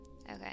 Okay